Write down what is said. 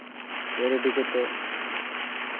ᱜᱮᱫ ᱨᱮᱰᱤ ᱠᱟᱛᱮᱫ